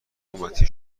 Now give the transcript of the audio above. حکومتی